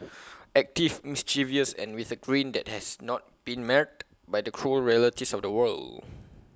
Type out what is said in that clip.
active mischievous and with A grin that has not been marred by the cruel realities of the world